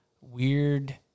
weird